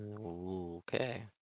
Okay